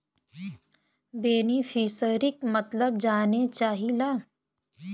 बेनिफिसरीक मतलब जाने चाहीला?